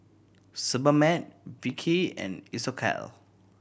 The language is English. Sebamed Vichy and Isocal